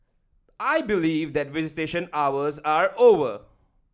I believe that visitation hours are over